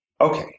Okay